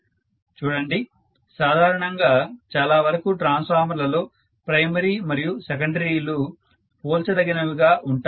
professor చూడండి సాధారణంగా చాలా వరకు ట్రాన్స్ఫార్మర్ లలో ప్రైమరీ మరియు సెకండరీ లు పోల్చదగినవిగా ఉంటాయి